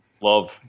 Love